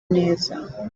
neza